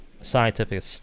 scientific